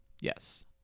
yes